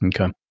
Okay